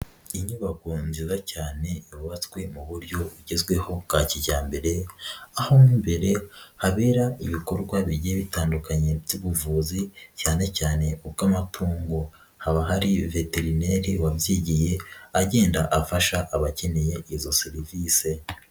Inyubako nziza cyane yubatswe mu buryo bugezweho bwa kijyambere aho mo imbere habera ibikorwa bigiye bitandukanye by'ubuvuzi cyane cyane ubw'amatungo, haba hari veterineri wabyigiye agenda afasha abakeneye izo serivise.